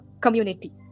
community